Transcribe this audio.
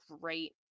great